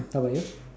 how about you